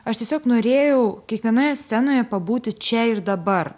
aš tiesiog norėjau kiekvienoje scenoje pabūti čia ir dabar